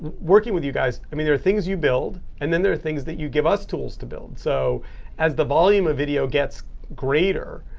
working with you guys. i mean, there are things you build. and then there are things that you give us tools to build. so as the volume of video gets greater,